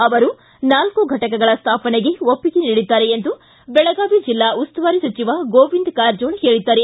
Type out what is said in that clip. ಅವರು ನಾಲ್ಕು ಫಟಕಗಳ ಸ್ಥಾಪನೆಗೆ ಒಪ್ಪಿಗೆ ನೀಡಿದ್ದಾರೆ ಎಂದು ಬೆಳಗಾವಿ ಜೆಲ್ಲಾ ಉಸ್ತುವಾರಿ ಸಚಿವ ಗೋವಿಂದ ಕಾರಜೋಳ ಹೇಳಿದ್ದಾರೆ